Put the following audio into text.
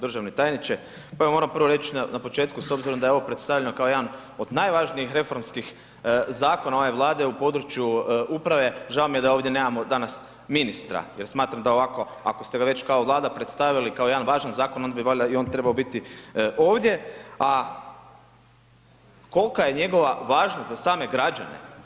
Državni tajniče, evo moram prvo reći na početku s obzirom da je ovo predstavljeno kao jedan od najvažnijih reformskih zakona ove Vlade u području uprave, žao mi je da ovdje nemamo danas ministra jer smatram da ovako ako ste vi već kao Vlada predstavili kao jedan važan zakon, onda bi valjda i on trebao biti ovdje, a kolka je njegova važnost za same građane?